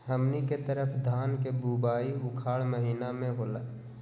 हमनी के तरफ धान के बुवाई उखाड़ महीना में होला